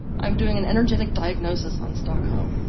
i'm doing an energetic diagnosis on stockholm.